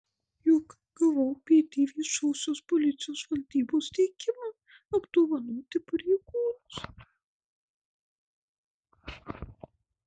juk gavau pd viešosios policijos valdybos teikimą apdovanoti pareigūnus